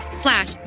slash